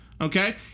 Okay